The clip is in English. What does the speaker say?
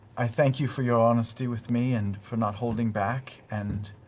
i thank you for your honesty with me and for not holding back. and